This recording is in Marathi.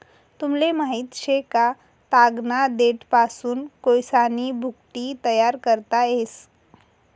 तुमले माहित शे का, तागना देठपासून कोयसानी भुकटी तयार करता येस